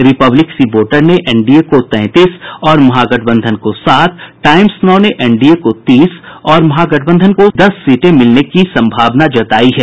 Republic C Voter ने NDA को तैंतीस और महागठबंधन को सात टाईम्स नाउ ने एनडीए को तीस और महागठबंधन को दस सीटें मिलने की संभावना जतायी है